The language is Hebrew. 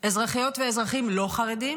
אזרחיות ואזרחים לא חרדים